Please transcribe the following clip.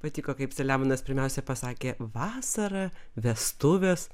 patiko kaip selemonas pirmiausia pasakė vasarą vestuvės